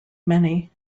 many